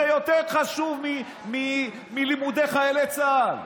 זה יותר חשוב מלימודי חיילי צה"ל,